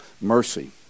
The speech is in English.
mercy